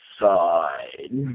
side